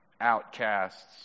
outcasts